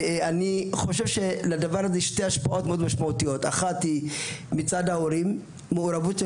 אני חושב שלדבר הזה יש שתי השפעות מאוד משמעותיות: אחת היא המעורבות של